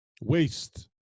waste